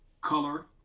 color